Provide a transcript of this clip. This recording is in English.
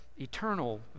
eternal